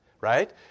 right